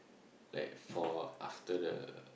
like for after the